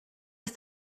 ist